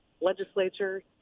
Legislature